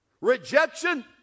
Rejection